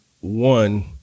one